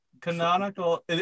Canonical